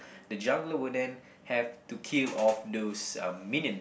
the jungler would then have to kill off those um minion